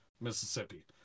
Mississippi